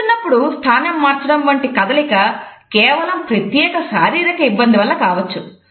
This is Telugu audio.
కూర్చున్నప్పుడు స్థానం మార్చడం వంటి కదలిక కేవలం ప్రత్యేక శారీరక ఇబ్బంది వలన కావచ్చు